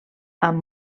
amb